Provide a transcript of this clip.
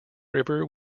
river